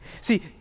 See